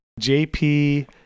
jp